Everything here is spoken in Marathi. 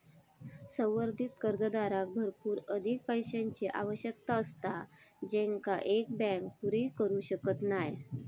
संवर्धित कर्जदाराक भरपूर अधिक पैशाची आवश्यकता असता जेंका एक बँक पुरी करू शकत नाय